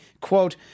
quote